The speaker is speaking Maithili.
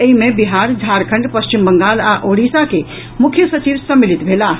एहि मे बिहार झारखंड पश्चिम बंगाल आ ओडिशा के मुख्य सचिव सम्मिलित भेलाह